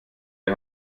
der